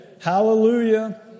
Hallelujah